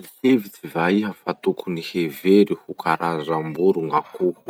Mihevitsy va iha fa tokony hevery ho karazam-boro gn'akoho?